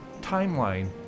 timeline